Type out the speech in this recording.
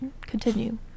Continue